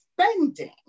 spending